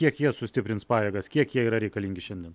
kiek jie sustiprins pajėgas kiek jie yra reikalingi šiandien